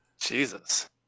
jesus